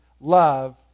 love